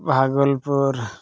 Bhagalpur